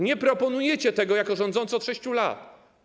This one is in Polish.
Nie proponujecie tego jako rządzący od 6 lat.